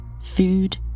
food